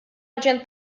aġent